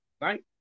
Right